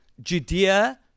Judea